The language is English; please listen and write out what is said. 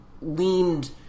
leaned